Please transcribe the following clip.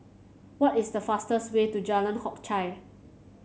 what is the fastest way to Jalan Hock Chye